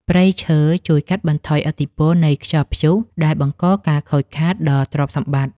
ព្រៃឈើជួយកាត់បន្ថយឥទ្ធិពលនៃខ្យល់ព្យុះដែលបង្កការខូចខាតដល់ទ្រព្យសម្បត្តិ។